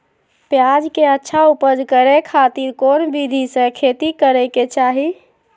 प्याज के अच्छा उपज करे खातिर कौन विधि से खेती करे के चाही?